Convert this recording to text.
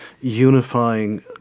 unifying